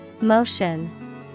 Motion